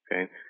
Okay